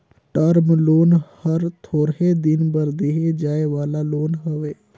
term loan हर थोरहें दिन बर देहे जाए वाला लोन हवे